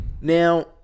Now